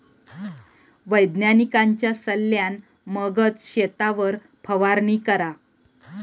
वैज्ञानिकांच्या सल्ल्यान मगच शेतावर फवारणी करा